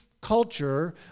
culture